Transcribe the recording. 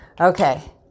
Okay